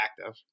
active